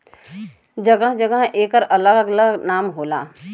जगह जगह एकर अलग अलग नामो होला